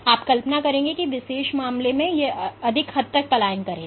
तो आप कल्पना करेंगे कि इस विशेष मामले में सेल इस मामले की तुलना में अधिक हद तक पलायन करेगा